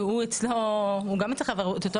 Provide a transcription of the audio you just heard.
גם הוא יצטרך לעבור את אותה